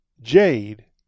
Jade